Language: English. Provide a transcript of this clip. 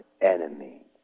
enemy